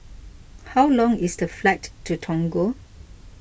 how long is the flight to Togo